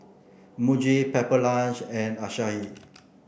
Muji Pepper Lunch and Asahi